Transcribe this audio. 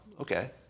Okay